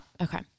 Okay